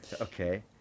Okay